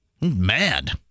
mad